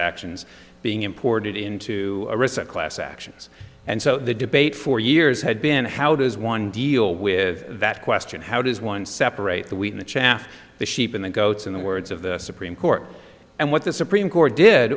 actions being imported into a recent class actions and so the debate for years had been how does one deal with that question how does one separate the wheat and chaff the sheep in the goats in the words of the supreme court and what the supreme court did